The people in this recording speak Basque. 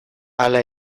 hala